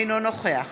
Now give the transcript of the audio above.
אינו נוכח